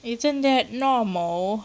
isn't that normal